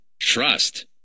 TRUST